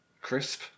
crisp